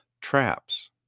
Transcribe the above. traps